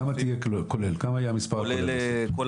יהיו כמעט 100